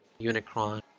Unicron